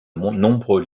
nombreux